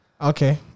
Okay